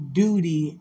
duty